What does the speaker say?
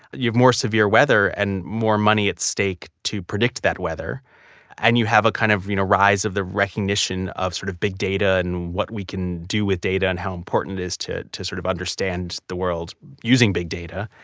you have more severe weather and more money at stake to predict that weather and you have a kind of you know rise in the recognition of sort of big data and what we can do with data and how important it is to to sort of understand the world using big data.